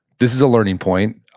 this is learning point.